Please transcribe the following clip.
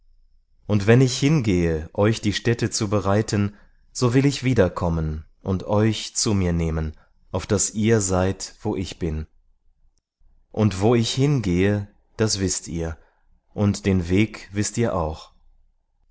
und wenn ich hingehe euch die stätte zu bereiten so will ich wiederkommen und euch zu mir nehmen auf daß ihr seid wo ich bin und wo ich hin gehe das wißt ihr und den weg wißt ihr auch